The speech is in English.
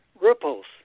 ripples